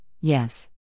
yes